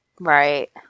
right